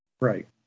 Right